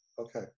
Okay